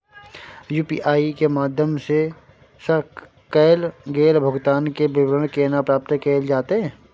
UPI के माध्यम सं कैल गेल भुगतान, के विवरण केना प्राप्त कैल जेतै?